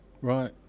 Right